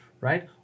right